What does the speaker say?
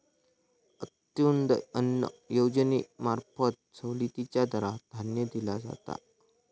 अंत्योदय अन्न योजनेंमार्फत सवलतीच्या दरात धान्य दिला जाता